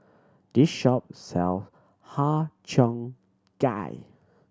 this shop sell Har Cheong Gai